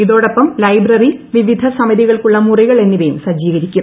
ഇതൊടൊപ്പം library വിവിധ സമിതികൾക്കുള്ള മുറികൾ എന്നിവയും സജ്ജീകരിക്കും